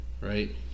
right